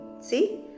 See